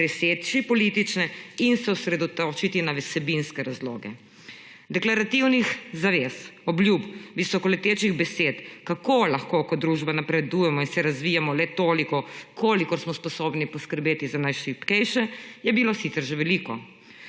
preseči politične in se osredotočiti na vsebinske razloge. Deklarativnih zavez, obljub, visokoletečih besed, kako lahko kot družba napredujemo in se razvijamo le toliko, kolikor smo sposobni poskrbeti za najšibkejše, je bilo sicer že veliko.